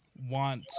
want